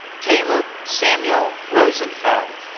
caleb samuel rosenfeld.